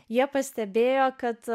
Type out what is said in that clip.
jie pastebėjo kad